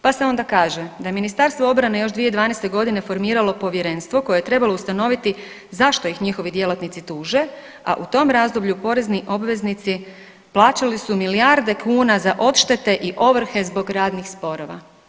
Pa se onda kaže, da je Ministarstvo obrane još 2012.g. formiralo povjerenstvo koje je trebalo ustanoviti zašto ih njihovi djelatnici tuže, a u tom razdoblju porezni obveznici plaćali su milijarde kuna za odštete i ovrhe zbog radnih sporova.